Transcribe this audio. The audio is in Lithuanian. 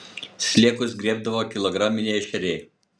sliekus griebdavo kilograminiai ešeriai